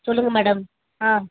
சொல்லுங்கள் மேடம் ஆ